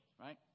Right